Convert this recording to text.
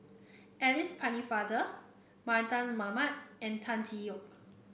Alice Pennefather Mardan Mamat and Tan Tee Yoke